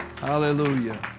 Hallelujah